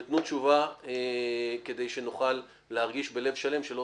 ותנו תשובה כדי שנוכל להרגיש בלב שלם שלא